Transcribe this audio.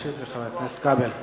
להשיב לחבר הכנסת כבל.